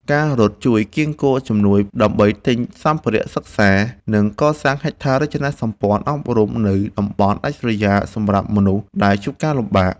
ការរត់ជួយកៀរគរជំនួយដើម្បីទិញសម្ភារៈសិក្សា និងកសាងហេដ្ឋារចនាសម្ព័ន្ធអប់រំនៅតំបន់ដាច់ស្រយាលសម្រាប់កុមារដែលជួបការលំបាក។